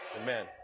Amen